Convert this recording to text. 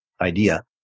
idea